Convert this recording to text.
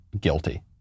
guilty